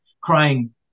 crying